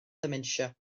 dementia